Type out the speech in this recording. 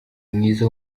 mwiza